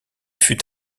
fut